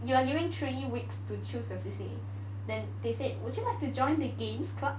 you are given three weeks to choose your C_C_A then they said would you like to join the games club